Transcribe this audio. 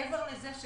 מעבר לזה,